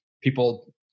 People